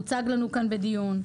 הוצג לנו כאן בדיון.